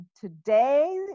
today